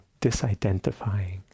disidentifying